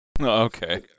okay